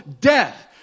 death